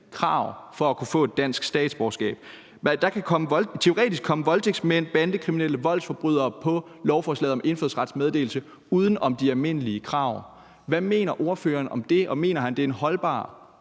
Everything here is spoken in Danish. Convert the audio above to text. krav for at kunne få et dansk statsborgerskab. Teoretisk kan der komme voldtægtsmænd, bandekriminelle og voldsforbrydere på lovforslaget om indfødsrets meddelelse uden om de almindelige krav. Hvad mener ordføreren om det, og mener han, at det er en holdbar